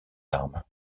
armes